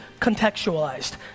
contextualized